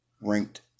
ranked